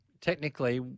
Technically